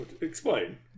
explain